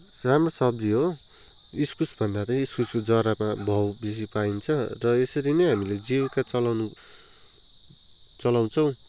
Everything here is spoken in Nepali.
राम्रो सब्जी हो इस्कुसभन्दा चाहिँ इस्कुसको जराको भाउ बेसी पाइन्छ र यसरी नै हामीले जीविका चलाउनु चलाउँछौँ